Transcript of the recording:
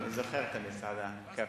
אני זוכר את המסעדה, כן.